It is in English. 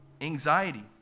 anxiety